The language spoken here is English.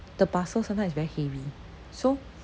the parcel sometimes is very heavy so